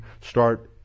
start